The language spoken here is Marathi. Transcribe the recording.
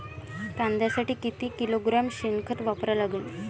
कांद्यासाठी किती किलोग्रॅम शेनखत वापरा लागन?